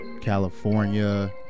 california